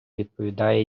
відповідає